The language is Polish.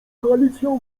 koalicją